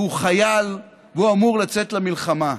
והוא חייל והוא אמור לצאת למלחמה.